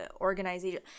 organization